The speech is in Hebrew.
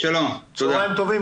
צוהריים טובים.